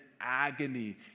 agony